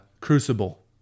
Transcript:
crucible